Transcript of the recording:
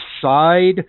side